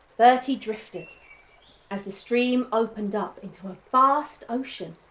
bertie drifted as the stream opened up into a vast ocean.